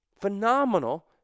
phenomenal